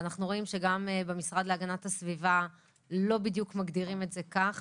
אנחנו רואים שגם במשרד להגנת הסביבה לא בדיוק מגדירים את זה כך,